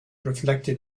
reflected